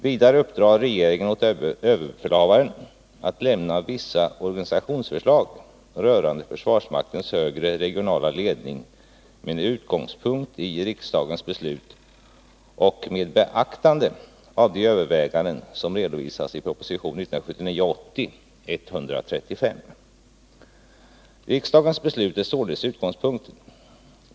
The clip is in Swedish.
Vidare uppdrar regeringen åt överbefälhavaren att lämna vissa organisationsförslag rörande försvarsmaktens högre regionala ledning med utgångspunkt i riksdagens beslut och med beaktande av de överväganden som redovisas i proposition 1979/80:135. Riksdagens beslut är således utgångspunkten.